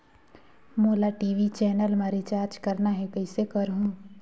मोला TV channel मा recharge करना हे, कइसे करहुँ?